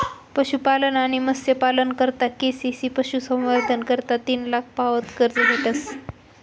पशुपालन आणि मत्स्यपालना करता के.सी.सी पशुसंवर्धन करता तीन लाख पावत कर्ज भेटस